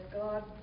God